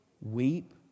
Weep